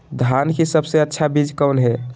धान की सबसे अच्छा बीज कौन है?